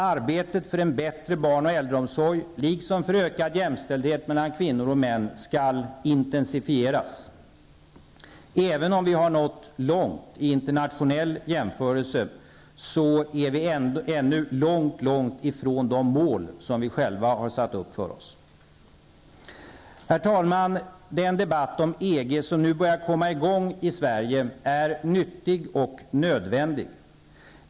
Arbetet för en bättre barn och äldreomsorg liksom för ökad jämställdhet mellan kvinnor och män skall intensifieras. Även om vi har nått långt i internationell jämförelse är vi ännu långt från de mål som vi själva har satt upp. Herr talman! Den debatt om EG som nu börjar komma i gång i Sverige är nyttig och nödvändig.